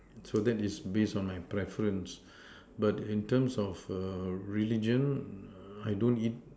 so that is based on my preference but in terms of err religion I don't eat